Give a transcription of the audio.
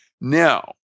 Now